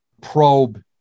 probe